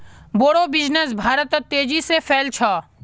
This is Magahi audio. बोड़ो बिजनेस भारतत तेजी से फैल छ